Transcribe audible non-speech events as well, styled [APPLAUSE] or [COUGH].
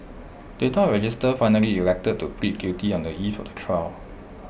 data register finally elected to plead guilty on the eve of the trial [NOISE]